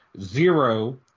zero